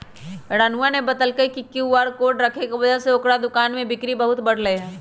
रानूआ ने बतल कई कि क्यू आर कोड रखे के वजह से ओकरा दुकान में बिक्री बहुत बढ़ लय है